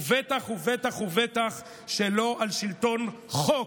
ובטח ובטח שלא על שלטון החוק.